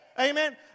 Amen